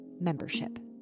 membership